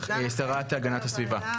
השרה להגנת הסביבה,